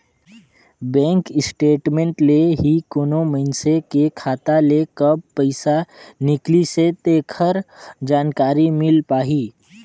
bank statement ले ही कोनो मइनसे के खाता ले कब पइसा निकलिसे तेखर जानकारी मिल पाही